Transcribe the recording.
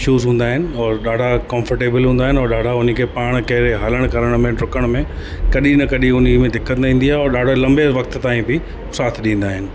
shoes हूंदा आहिनि और ॾाढा कंफ़र्टेबिल हूंदा आहिनि और ॾाढा हुनखे पाणि कहिड़े हलण करण में ढुकण में कॾहिं न कॾहिं हुन में दिक़त न ईंदी आहे और ॾाढा लंबे वक़्तु ताईं बि साथ ॾींदा आहिनि